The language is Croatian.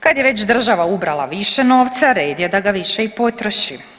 Kad je već država ubrala više novca red je da ga više i potroši.